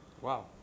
Wow